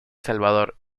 salvador